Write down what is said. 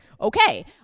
okay